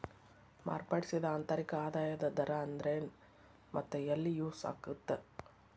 ಮಾರ್ಪಡಿಸಿದ ಆಂತರಿಕ ಆದಾಯದ ದರ ಅಂದ್ರೆನ್ ಮತ್ತ ಎಲ್ಲಿ ಯೂಸ್ ಆಗತ್ತಾ